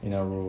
in a row